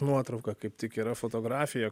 nuotrauka kaip tik yra fotografija